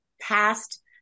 past